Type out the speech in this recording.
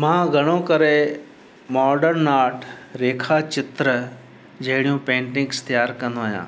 मां घणो करे मॉडन आर्ट रेखाचित्र जहिड़ियूं पेटिंग्स तयारु कंदो आहियां